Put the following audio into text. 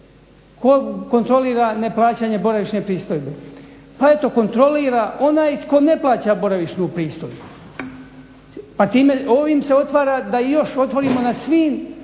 tko kontrolira neplaćanje boravišne pristojbe. Pa eto kontrolira onaj tko ne plaća boravišnu pristojbu. Ovim se otvara da još otvorimo na svim